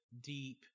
deep